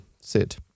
sit